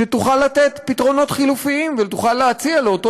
שתוכל לתת פתרונות חלופיים ותוכל להציע לאותו